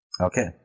Okay